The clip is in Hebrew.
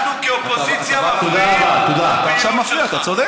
אנחנו, כאופוזיציה, מפריעים לפעילות שלך.